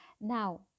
Now